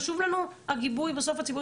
חשוב לנו בסוף הגיבוי הציבורי.